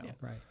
Right